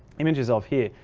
images of here,